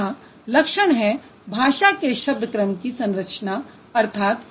यहाँ लक्षण है भाषा के शब्द क्रम की संरचना अर्थात